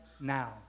now